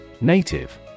Native